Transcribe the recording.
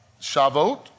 Shavuot